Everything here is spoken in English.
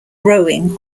rowing